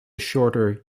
shorter